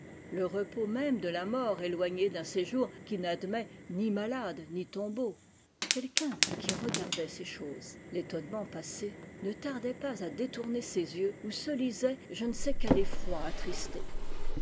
le repos même de la mort éloigné d'un séjour qui n'admet ni malades ni tombeaux quelqu'un qui regardait ces choses fétonnement passé ne tardait pas à détourner ses yeux oîi se lisait je ne sais quel effroi attristé